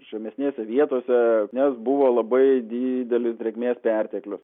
žemesnėse vietose nes buvo labai didelis drėgmės perteklius